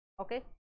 Okay